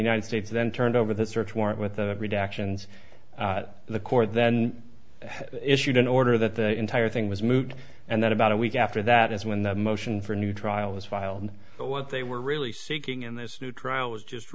united states then turned over the search warrant with the redactions and the court then issued an order that the entire thing was moot and then about a week after that is when the motion for new trial was filed and what they were really seeking in this new trial was just